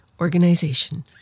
organization